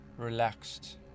relaxed